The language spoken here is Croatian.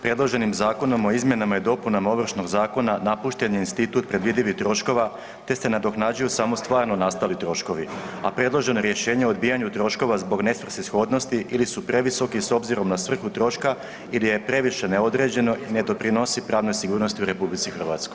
Predloženim zakonom o izmjenama i dopunama Ovršnog zakona napušten je institut predvidivih troškova te se nadoknađuju samo stvarno nastali troškovi, a predložena rješenja o odbijanju troškova zbog ne svrsishodnosti ili su previsoki s obzirom na svrhu troška ili je previše neodređeno i ne doprinosi pravnoj sigurnosti u RH.